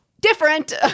Different